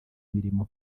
mirimo